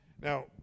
Now